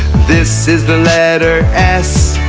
this is the letter s